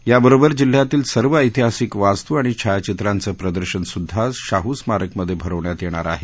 याचबरोबर जिल्ह्यातील सर्व ऐतिहासिक वास्तू आणि छायाचित्रांचं प्रदर्शनसुद्धा शाह स्मारकमध्ये भरवण्यात येणार आहे